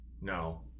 no